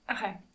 Okay